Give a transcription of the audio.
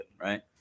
right